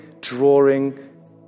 drawing